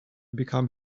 become